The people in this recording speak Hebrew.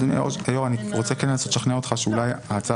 אדוני היושב ראש אני רוצה לשכנע אותך שאולי ההצעה